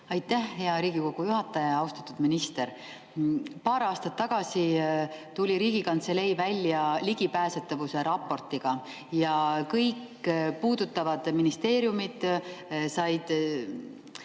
Aitäh, hea Riigikogu juhataja! Austatud minister! Paar aastat tagasi tuli Riigikantselei välja ligipääsetavuse raportiga. Ja kõik puudutatud ministeeriumid said